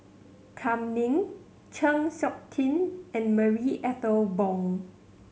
Kam Ning Chng Seok Tin and Marie Ethel Bong